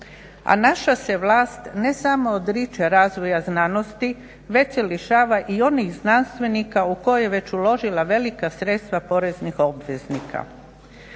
a naša se vlast ne samo odriče razvoja znanosti, već se lišava i onih znanstvenika u koje je već uložila velika sredstva poreznih obveznika.